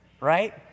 right